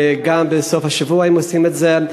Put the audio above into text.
וגם בסוף השבוע הם עושים את זה.